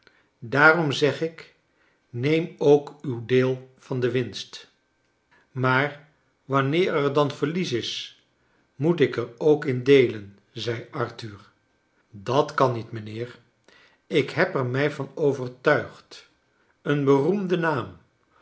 daarom zeg ik neem ook uw deel van de winst maar wanneer er dan verlies is moet ik er ook in deelen zei arthur dat kan niet mijnheer ik heb er mij van overtuigd een beroemde naam